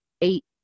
eight